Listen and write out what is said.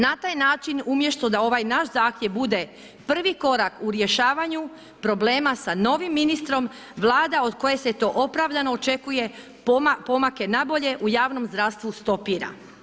Na taj način umjesto da ovaj naš zahtjev bude prvi korak u rješavanju problema sa novim ministrom Vlada od koje se to opravdano očekuje, pomake nabolje u javnom zdravstvu stopira.